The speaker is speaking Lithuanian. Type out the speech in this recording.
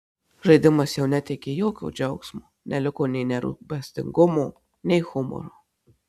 žaidimas jau neteikė jokio džiaugsmo neliko nei nerūpestingumo nei humoro